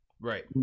Right